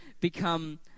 become